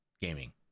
gaming